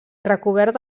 recobert